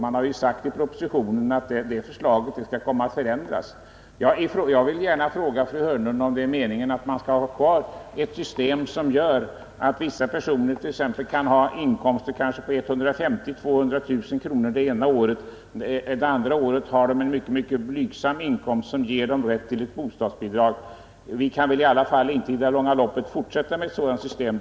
Man har ju sagt i propositionen att det förslaget skall komma att förändras. Jag vill gärna fråga fru Hörnlund, om det är meningen att vi skall behålla ett sådant system att personer som har inkomster kanske om 150 000-200 000 kronor det ena året men det andra året en mycket blygsam inkomst skall ha rätt till ett bostadsbidrag. Vi kan väl inte i det långa loppet fortsätta med ett sådant system.